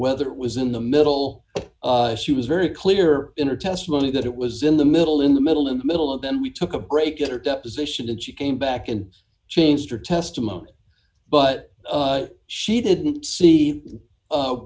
whether it was in the middle she was very clear in her testimony that it was in the middle in the middle in the middle of them we took a break at her deposition and she came back and changed her testimony but she didn't see